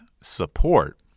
support